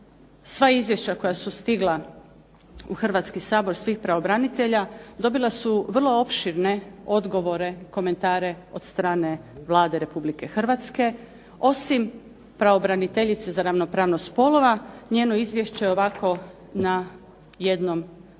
sva izvješća koja su stigla u Hrvatski sabor, svih pravobranitelja dobila su vrlo opširne odgovore, komentare od strane vlade Republike Hrvatske, osim pravobraniteljice za ravnopravnost spolova, njeno izvješće ovako na jednom papiru,